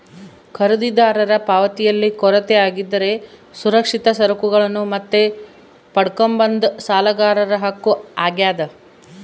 ಖರೀದಿದಾರರ ಪಾವತಿಯಲ್ಲಿ ಕೊರತೆ ಆಗಿದ್ದರೆ ಸುರಕ್ಷಿತ ಸರಕುಗಳನ್ನು ಮತ್ತೆ ಪಡ್ಕಂಬದು ಸಾಲಗಾರರ ಹಕ್ಕು ಆಗ್ಯಾದ